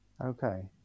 Okay